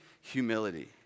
humility